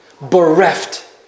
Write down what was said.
bereft